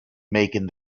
making